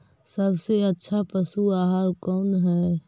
सबसे अच्छा पशु आहार कौन है?